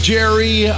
Jerry